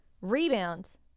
rebounds